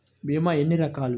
భీమ ఎన్ని రకాలు?